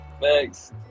Thanks